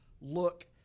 look